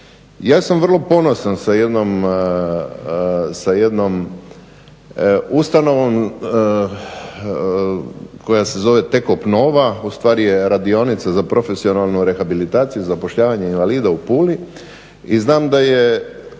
Ja sam vrlo ponosan sa jednom ustanovom koja se zove Tekop Nova ustvari je radionica za profesionalnu rehabilitaciju i zapošljavanje invalida u Puli i znam da je